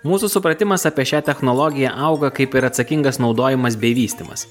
mūsų supratimas apie šią technologiją auga kaip ir atsakingas naudojimas bei vystymas